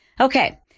Okay